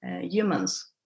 humans